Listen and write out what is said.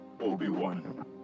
Obi-Wan